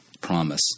promise